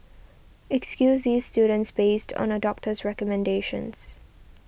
excuse these students based on a doctor's recommendations